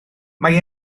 mae